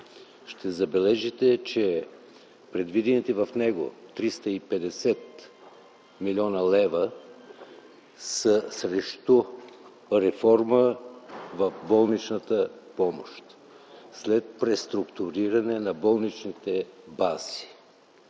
ще забележите, че предвидените в него 350 млн. лв. са срещу реформа в болничната помощ, след преструктуриране на болничните бази.